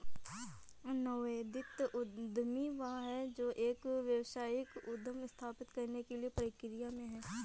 नवोदित उद्यमी वह है जो एक व्यावसायिक उद्यम स्थापित करने की प्रक्रिया में है